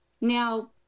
now